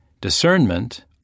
discernment